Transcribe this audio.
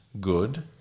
good